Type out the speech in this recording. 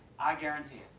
i guarantee it.